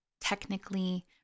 technically